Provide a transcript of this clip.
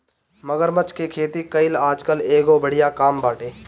मगरमच्छ के खेती कईल आजकल एगो बढ़िया काम बाटे